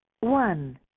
one